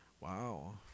Wow